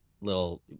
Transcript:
little